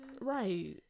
Right